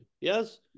Yes